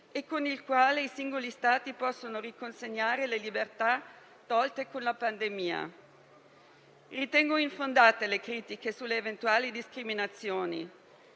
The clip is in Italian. e con il quale i singoli Stati possono riconsegnare le libertà tolte con la pandemia. Ritengo infondate le critiche sulle eventuali discriminazioni.